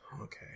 Okay